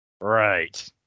Right